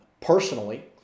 Personally